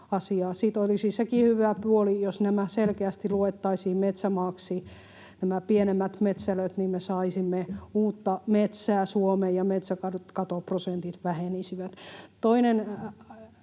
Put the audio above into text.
Siitä olisi sekin hyvä puoli, että jos selkeästi luettaisiin metsämaaksi nämä pienemmät metsälöt, niin me saisimme uutta metsää Suomeen ja metsäkatoprosentit vähenisivät.